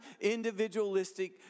individualistic